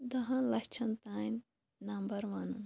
دَہَن لَچھَن تانۍ نَمبر وَنٕنۍ